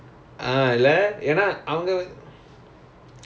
oh okay K K but it's all in english right